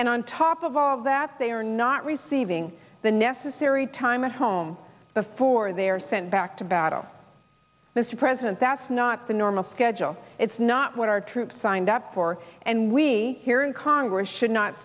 and on top of all that they are not receiving the necessary time at home before they are sent back to battle mr president that's not the normal schedule it's not what our troops signed up for and we here in congress should not